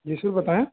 जी sir बताएं